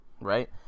Right